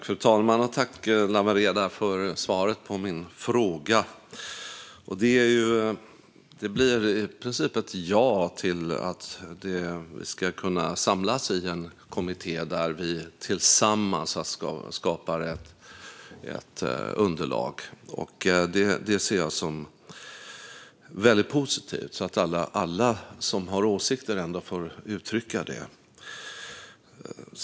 Fru talman! Tack, Lawen Redar, för svaret på min fråga! Det blev i princip ett ja för att vi kan samlas i en kommitté där vi tillsammans skapar ett underlag. Jag ser det som väldigt positivt att alla som har åsikter får uttrycka dem.